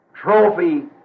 trophy